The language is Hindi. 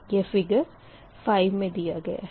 यह फ़िगर 5 मे दिया गया है